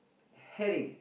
herring